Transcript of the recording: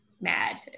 mad